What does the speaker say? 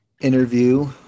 interview